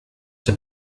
have